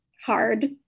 hard